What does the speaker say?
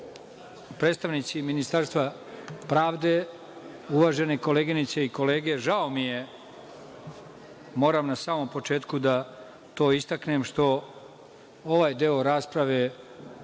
predstavnici Ministarstva pravde, uvažene koleginice i kolege, žao mi je, moram na samom početku da to istaknem, što ovaj deo rasprave